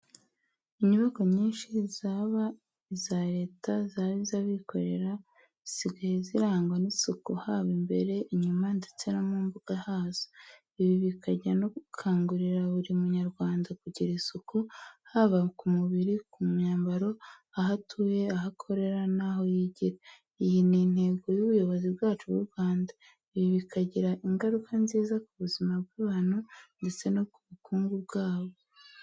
Inyubako nyinshi zaba iza Leta, zaba iz'abikorera zisigaye zirangwa n'isuku haba imbere, inyuma ndetse no mu mbuga hazo. Ibi bikajyana no gukangurira buri munyarwanda kugira isuku haba ku mubiri, ku myambaro, aho atuye, aho akorera n'aho yigira. Iyi ni intego y'ubuyobozi bwacu bw'u Rwanda. Ibi bikagira ingaruka nziza ku buzima bw'abantu ndetse no ku bukungu bwabo.